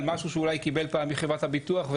משהו שאולי הוא קיבל פעם מחברת הביטוח.